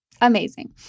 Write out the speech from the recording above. amazing